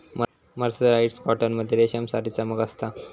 mercerised cotton मध्ये रेशमसारी चमक असता